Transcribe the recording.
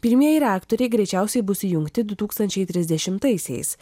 pirmieji reaktoriai greičiausiai bus įjungti du tūkstančiai trisdešimtaisiais